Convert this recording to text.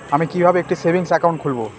আমি কিভাবে একটি সেভিংস অ্যাকাউন্ট খুলব?